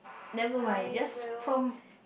never mind just prompt